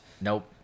Nope